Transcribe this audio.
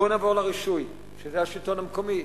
בואו נעבור לרישוי, שזה השלטון המקומי.